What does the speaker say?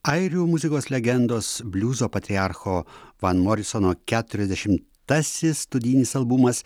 airių muzikos legendos bliuzo patriarcho van morisono keturiasdešimtasis studijinis albumas